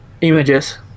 images